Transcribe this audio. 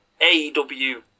AEW